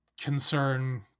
concern